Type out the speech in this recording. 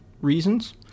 reasons